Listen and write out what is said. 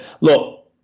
look